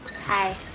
Hi